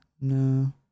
No